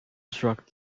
struck